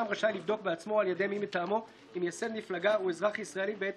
עם ישראל יגיש נגדו את